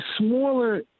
smaller